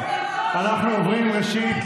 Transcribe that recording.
ראשית,